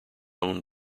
own